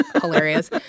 hilarious